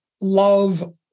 love